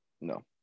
No